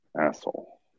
asshole